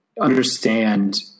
understand